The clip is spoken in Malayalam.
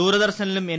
ദൂരദർശനിലും എൻ